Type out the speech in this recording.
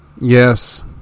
Yes